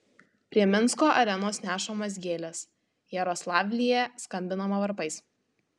prie minsko arenos nešamos gėlės jaroslavlyje skambinama varpais